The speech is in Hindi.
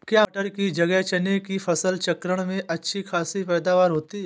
क्या मटर की जगह चने की फसल चक्रण में अच्छी खासी पैदावार होती है?